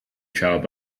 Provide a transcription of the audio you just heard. child